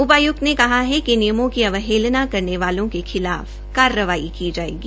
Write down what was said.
उपाय्क्त ने कहा कि निमामें की अवहेलना करने वालों के खिलाफ कार्रवाई की जायेगी